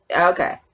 Okay